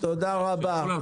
תודה רבה.